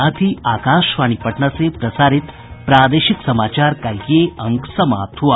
इसके साथ ही आकाशवाणी पटना से प्रसारित प्रादेशिक समाचार का ये अंक समाप्त हुआ